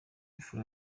fla